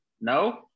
No